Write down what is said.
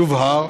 יובהר